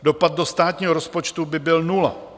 Dopad do státního rozpočtu by byl nula.